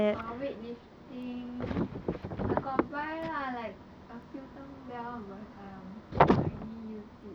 orh weightlifting I got buy lah like a few dumbbell but I only use it